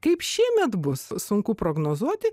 kaip šiemet bus sunku prognozuoti